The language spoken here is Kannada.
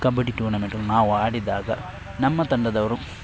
ಕಬಡ್ಡಿ ಟೂರ್ನಮೆಂಟಲ್ಲಿ ನಾವು ಆಡಿದ್ದಾಗ ನಮ್ಮ ತಂಡದವರು